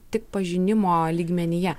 tik pažinimo lygmenyje